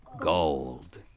gold